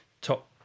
top